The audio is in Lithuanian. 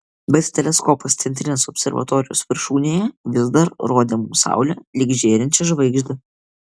bet teleskopas centrinės observatorijos viršūnėje vis dar rodė mums saulę lyg žėrinčią žvaigždę